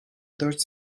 dört